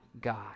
God